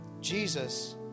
Jesus